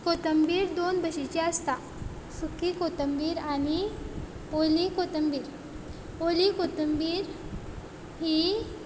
कोथंबीर दोन भशेची आसता सुकी कोथंबीर आनी ओली कोथंबीर ओली कोथंबीर ही